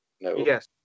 Yes